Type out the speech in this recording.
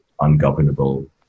ungovernable